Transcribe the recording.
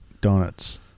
Donuts